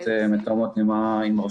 האלה.